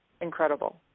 incredible